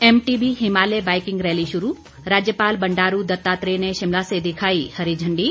MTB Himalaya biking rally शुरू राज्यपाल बंडारू दत्तात्रेय ने शिमला से दिखाई हरी झंडी